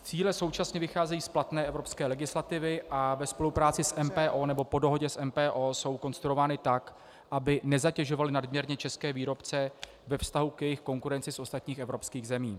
Cíle současně vycházejí z platné evropské legislativy a ve spolupráci s MPO, nebo po dohodě s MPO, jsou konstruovány tak, aby nezatěžovaly nadměrně české výrobce ve vztahu k jejich konkurenci z ostatních evropských zemí.